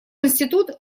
институт